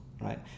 right